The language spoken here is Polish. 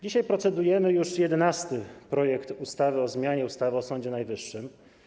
Dzisiaj procedujemy już nad 11. projektem ustawy o zmianie ustawy o Sądzie Najwyższym.